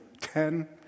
ten